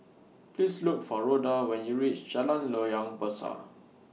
Please Look For Rhoda when YOU REACH Jalan Loyang Besar